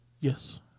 yes